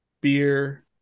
beer